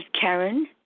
Karen